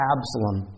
Absalom